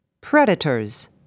Predators